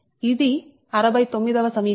ఇది 69 వ సమీకరణం